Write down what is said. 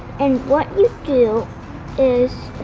and what you do is